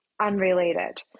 unrelated